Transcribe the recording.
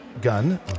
gun